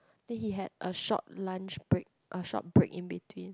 then he had a short lunch break a short break in between